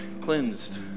cleansed